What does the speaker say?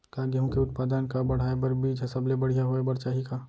का गेहूँ के उत्पादन का बढ़ाये बर बीज ह सबले बढ़िया होय बर चाही का?